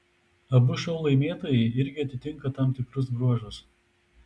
abu šou laimėtojai irgi atitinka tam tikrus bruožus